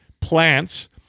plants